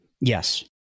Yes